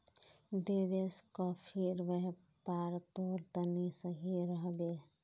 देवेश, कॉफीर व्यापार तोर तने सही रह बे